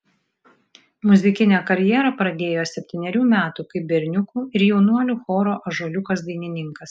muzikinę karjerą pradėjo septynerių metų kaip berniukų ir jaunuolių choro ąžuoliukas dainininkas